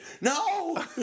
No